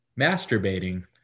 Masturbating